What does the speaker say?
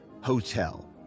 hotel